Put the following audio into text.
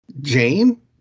Jane